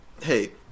Hey